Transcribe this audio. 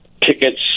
tickets